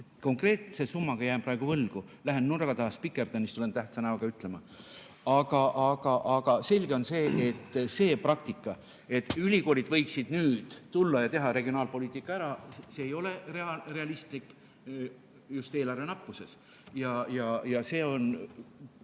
Konkreetse summa jään praegu võlgu – lähen ehk nurga taha, spikerdan ja siis tulen tähtsa näoga ütlema. Aga selge on, et see praktika, et ülikoolid võiksid nüüd tulla ja teha regionaalpoliitikat – see ei ole realistlik just eelarve nappuse tõttu. Ja see on